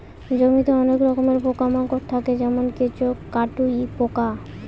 জমিতে অনেক রকমের পোকা মাকড় থাকে যেমন কেঁচো, কাটুই পোকা